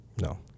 No